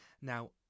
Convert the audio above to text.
Now